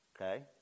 Okay